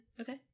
Okay